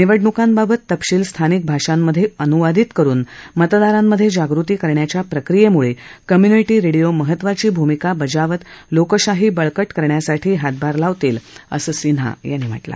निवडणुकांबाबत तपशिल स्थानिक भाषांमध्ये अनुवादित करुन मतदारांमधे जागृती करण्याच्या प्रक्रियेमुळे कम्युनिटी रेडीओ महत्त्वाची भूमिका बजावत लोकशाही बळकट करण्यासाठी हातभार लावेल असं सिन्हा यांनी सांगितलं